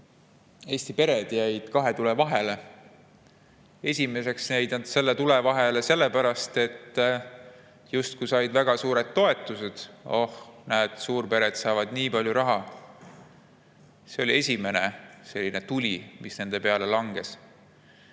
Eesti pered jäid kahe tule vahele. Esiteks jäid nad kahe tule vahele sellepärast, et said justkui väga suured toetused. "Oh, näed, suurpered saavad nii palju raha!" – see oli esimene tuli, mis nende peale langes.